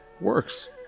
works